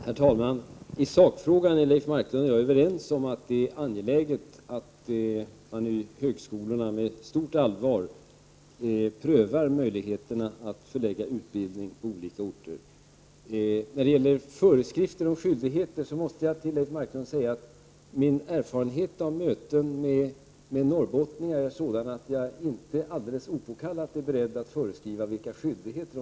Herr talman! I sakfrågan är Leif Marklund och jag överens om att det är angeläget att man i högskolorna med stort allvar prövar möjligheterna att förlägga utbildningen till olika orter. När det gäller föreskrifter och skyldigheter måste jag till Leif Marklund säga att min erfarenhet av möten med norrbottningar är sådan att jag inte alldeles opåkallat är beredd att föreskriva nya skyldigheter.